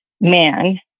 man